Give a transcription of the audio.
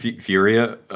furia